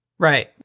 Right